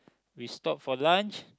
we stopped for lunch